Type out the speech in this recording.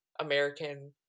American